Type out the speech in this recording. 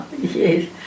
yes